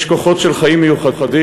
יש כוחות של חיים מיוחדים,